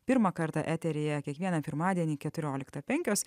pirmą kartą eteryje kiekvieną pirmadienį keturioliktą penkios